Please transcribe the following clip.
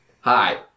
Hi